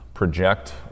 project